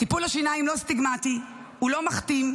טיפול השיניים לא סטיגמטי, הוא לא מכתים,